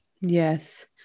Yes